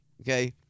okay